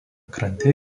krante